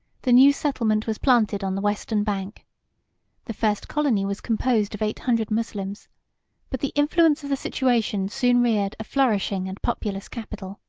the new settlement was planted on the western bank the first colony was composed of eight hundred moslems but the influence of the situation soon reared a flourishing and populous capital.